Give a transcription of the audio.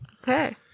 okay